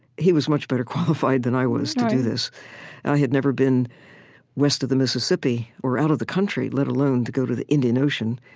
he was much better qualified than i was to do this, and i had never been west of the mississippi or out of the country, let alone to go to the indian ocean.